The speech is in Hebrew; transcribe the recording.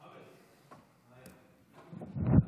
אדוני היושב-ראש,